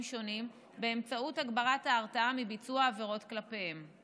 שונים באמצעות הגברת ההרתעה על ביצוע עבירות כלפיהם.